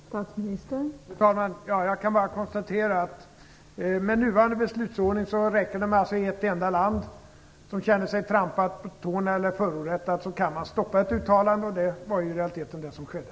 Fru talman! Jag kan bara konstatera att det med nuvarande beslutsordning räcker med att man i ett enda land känner sig trampad på tårna eller oförrättad för att man skall kunna stoppa ett uttalande. Det var i realiteten det som skedde.